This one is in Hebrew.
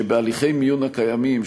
שבהליכי מיון הקיימים,